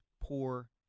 poor